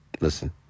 listen